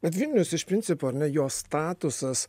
bet vilnius iš principo ar ne jo statusas